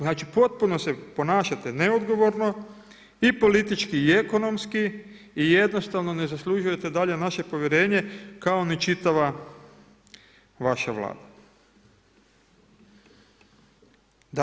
Znači potpuno se ponašate neodgovorno i politički i ekonomski i jednostavno ne zaslužujete dalje naše povjerenje kao ni čitava vaša Vlada.